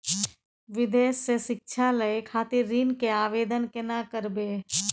विदेश से शिक्षा लय खातिर ऋण के आवदेन केना करबे?